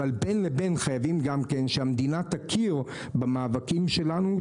אבל בין לבין חייבים שהמדינה תכיר במאבקים שלנו,